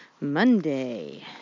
Monday